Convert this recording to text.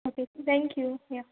okay thank you या